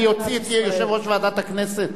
אני אוציא את יושב-ראש ועדת הכנסת?